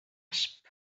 asp